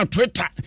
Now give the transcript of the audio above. Twitter